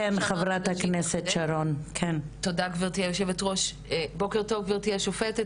בוקר טוב גברתי השופטת.